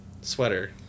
Sweater